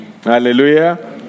Hallelujah